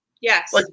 Yes